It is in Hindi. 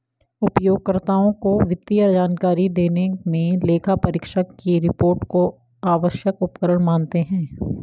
उपयोगकर्ताओं को वित्तीय जानकारी देने मे लेखापरीक्षक की रिपोर्ट को आवश्यक उपकरण मानते हैं